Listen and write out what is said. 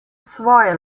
svoje